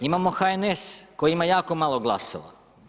Imamo HNS koji ima jako malo glasova.